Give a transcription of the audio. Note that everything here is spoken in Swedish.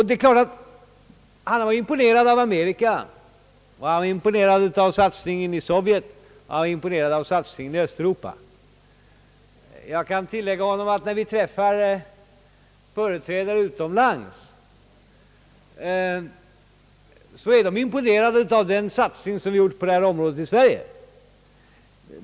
Det är klart att han var imponerad av de insatser på detta område som gjorts i Amerika, i Sovjet och i Östeuropa. Jag kan tala om för honom att när vi träffar företrädare för dessa länder utomlands är de imponerade av den satsning som gjorts på detta område i Sverige.